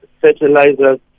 fertilizers